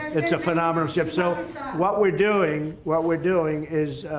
it's a phenomenal ship. so what we're doing what we're doing is